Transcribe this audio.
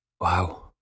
Wow